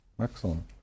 Excellent